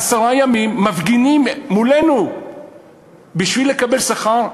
עשרה ימים מפגינים מולנו בשביל לקבל שכר,